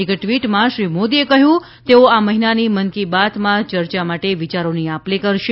એક ટ્વિટમાં શ્રી મોદીએ કહ્યું કે તેઓ આ મહિનાની મન કી બાતમાં ચર્ચા માટે વિચારોની આપલે કરશે